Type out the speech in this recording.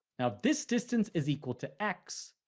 now, this distance is equal to x,